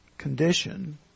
condition